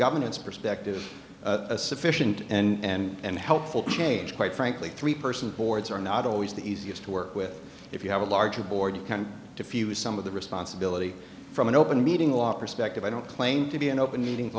governance perspective a sufficient and helpful change quite frankly three person boards are not always the easiest to work with if you have a larger board you can diffuse some of the responsibility from an open meeting law perspective i don't claim to be an open meeting